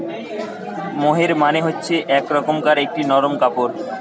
মোহের মানে হচ্ছে এক রকমকার একটি নরম কাপড়